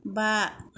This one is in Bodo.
बा